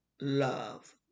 love